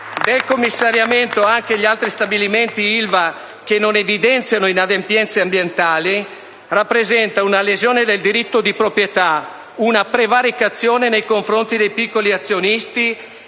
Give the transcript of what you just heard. del commissariamento anche agli altri stabilimenti Ilva, che non evidenziano inadempienze ambientali, rappresenta una lesione del diritto di proprietà, una prevaricazione nei confronti dei piccoli azionisti